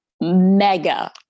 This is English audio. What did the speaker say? mega